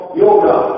yoga